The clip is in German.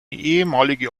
ehemalige